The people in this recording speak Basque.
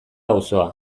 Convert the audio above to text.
auzoa